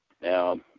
Now